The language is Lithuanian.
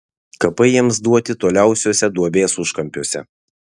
kapai jiems duoti toliausiuose duobės užkampiuose